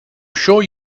sure